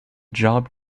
job